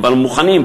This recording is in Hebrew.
כבר מוכנים,